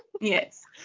Yes